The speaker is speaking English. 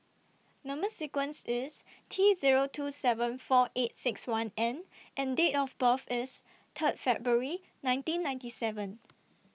Number sequence IS T Zero two seven four eight six one N and Date of birth IS Third February nineteen ninety seven